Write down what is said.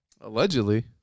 Allegedly